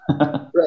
Right